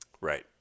Right